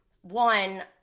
one